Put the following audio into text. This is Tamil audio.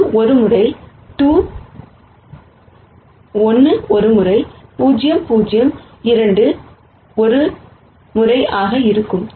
எனவே இது ஒரு முறை 2 1 முறை 0 0 2 முறை 1 ஆக இருக்கும்